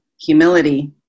humility